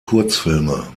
kurzfilme